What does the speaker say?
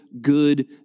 good